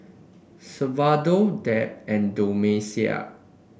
salvador Deb and Domenica